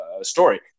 story